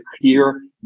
clear